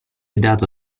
dato